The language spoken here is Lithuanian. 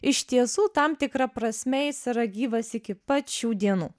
iš tiesų tam tikra prasme jis yra gyvas iki pat šių dienų